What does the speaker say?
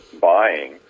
buying